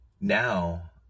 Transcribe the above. Now